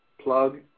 plug